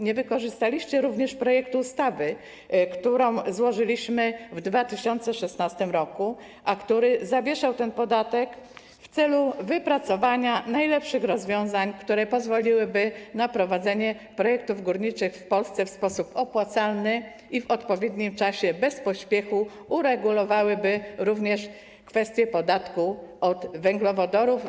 Nie wykorzystaliście również projektu ustawy, który złożyliśmy w 2016 r., a który zawieszał ten podatek w celu wypracowania najlepszych rozwiązań, które pozwoliłyby na prowadzenie projektów górniczych w Polsce w sposób opłacalny i w odpowiednim czasie, bez pośpiechu uregulowałyby również kwestię podatku od węglowodorów.